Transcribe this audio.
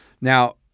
Now